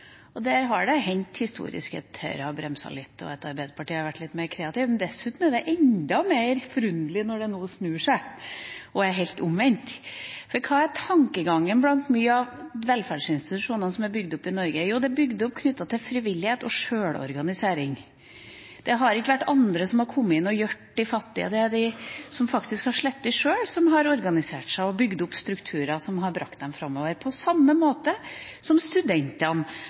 Der har det historisk sett hendt at Høyre har bremset litt, og at Arbeiderpartiet har vært litt mer kreative. Da er det dessuten enda litt mer forunderlig når det nå snur og er helt omvendt. For hva er tankegangen bak mange av velferdsinstitusjonene som er bygd opp i Norge? Jo, de er bygd opp knyttet til frivillighet og sjølorganisering. Det har ikke vært andre som har kommet inn og hjulpet de fattige, det er de som faktisk har slitt sjøl, som har organisert seg og bygd opp strukturer som har brakt dem framover, på samme måte som studentene